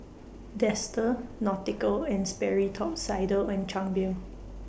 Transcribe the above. Dester Nautica and Sperry Top Sider and Chang Beer